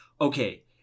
okay